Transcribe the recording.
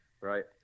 right